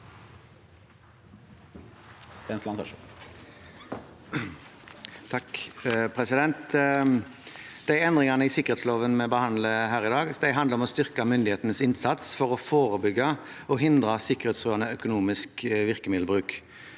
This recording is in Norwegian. (ordfører for sa- ken): De endringene i sikkerhetsloven vi behandler her i dag, handler om å styrke myndighetenes innsats for å forebygge og hindre sikkerhetstruende økonomisk virkemiddelbruk.